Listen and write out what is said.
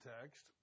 text